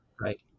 Right